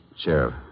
Sheriff